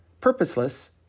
purposeless